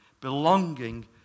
Belonging